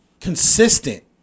consistent